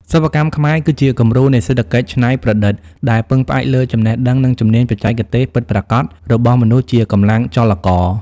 សិប្បកម្មខ្មែរគឺជាគំរូនៃសេដ្ឋកិច្ចច្នៃប្រឌិត ដែលពឹងផ្អែកលើចំណេះដឹង និងជំនាញបច្ចេកទេសពិតប្រាកដរបស់មនុស្សជាកម្លាំងចលករ។